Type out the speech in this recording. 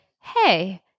hey